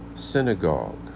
synagogue